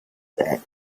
that